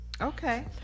Okay